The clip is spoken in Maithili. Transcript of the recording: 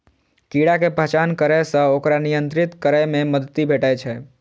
कीड़ा के पहचान करै सं ओकरा नियंत्रित करै मे मदति भेटै छै